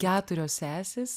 keturios sesės